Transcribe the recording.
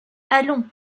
allons